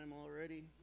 already